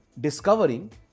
discovering